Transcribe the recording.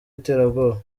iterabwoba